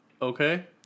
Okay